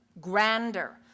grander